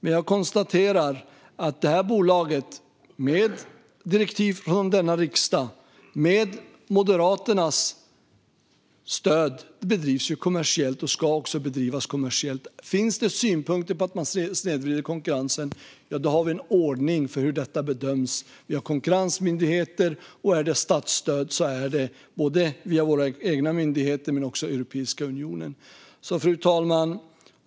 Men jag konstaterar att det här bolaget, med direktiv från denna riksdag och med Moderaternas stöd, bedrivs kommersiellt och också ska bedrivas kommersiellt. Finns det synpunkter på att man snedvrider konkurrensen, ja, då har vi en ordning för hur detta bedöms. Vi har konkurrensmyndigheter, och handlar det om statsstöd har vi både våra egna myndigheter och Europeiska unionen. Fru talman!